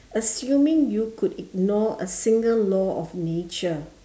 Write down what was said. assuming you could ignore a single law of nature